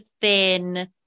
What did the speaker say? thin